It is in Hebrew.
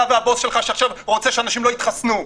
אתה והבוס שלך שרוצה שאנשים לא יתחסנו.